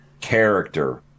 character